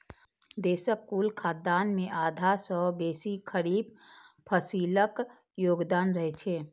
देशक कुल खाद्यान्न मे आधा सं बेसी खरीफ फसिलक योगदान रहै छै